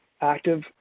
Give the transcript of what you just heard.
active